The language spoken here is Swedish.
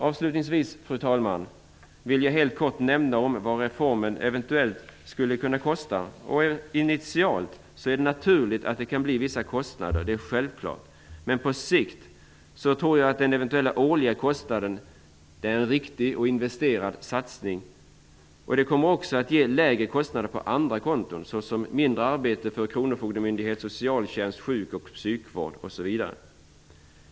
Avslutningsvis, fru talman, vill jag helt kort nämna vad reformen eventuellt kommer att kosta. Initialt är det naturligt att det blir vissa kostnader. Det är självklart. Men på sikt tror jag att den eventuella årliga kostnaden utgör en riktig investerad satsning. Den satsningen kommer att ge lägre kostnader på andra konton, såsom mindre arbete för kronofogdemyndighet, socialtjänst, sjuk och psykvård osv.